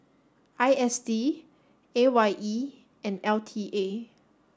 I S D A Y E and L T A